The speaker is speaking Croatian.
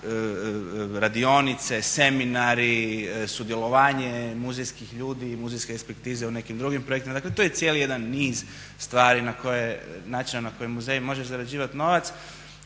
radionice, seminari, sudjelovanje muzejskih ljudi i muzejske ekspertize u nekim drugim projektima. Dakle, to je cijeli jedan niz stvari na koje, načina na koje muzej može zarađivat novac.